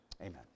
Amen